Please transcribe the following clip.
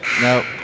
No